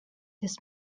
this